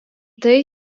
tai